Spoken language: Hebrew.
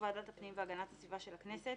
ועדת הפנים והגנת הסביבה של הכנסת,